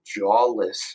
jawless